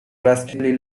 drastically